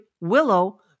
willow